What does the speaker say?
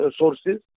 sources